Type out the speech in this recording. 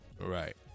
Right